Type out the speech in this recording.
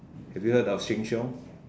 have you heard of Sheng-Siong